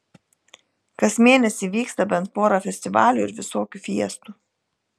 kas mėnesį vyksta bent pora festivalių ir visokių fiestų